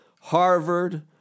Harvard